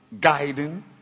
guiding